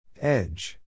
Edge